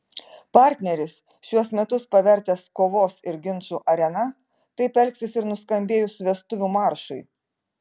partneris šiuos metus pavertęs kovos ir ginčų arena taip elgsis ir nuskambėjus vestuvių maršui